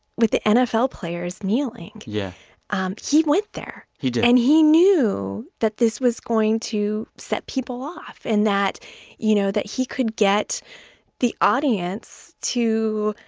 with the nfl players kneeling, yeah um he went there he did and he knew that this was going to set people off and that you know, that he could get the audience to,